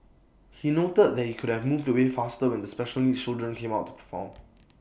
he noted that he could have moved away faster when the special needs children came out to perform